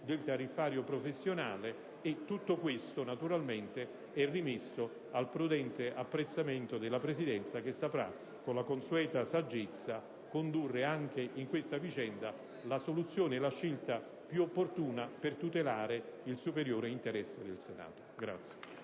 del tariffario professionale. Tutto ciò, naturalmente, è rimesso al prudente apprezzamento della Presidenza che saprà, con la consueta saggezza, assumere anche in questa vicenda la soluzione e la scelta più opportuna per tutelare il superiore interesse del Senato.